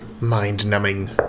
mind-numbing